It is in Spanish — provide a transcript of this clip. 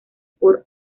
por